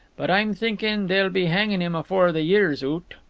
but i'm thinkin' they'll be hangin' him afore the year's oot.